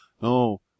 no